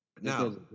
Now